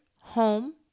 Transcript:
home